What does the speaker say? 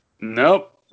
Nope